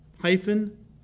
hyphen